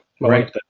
Right